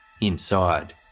Inside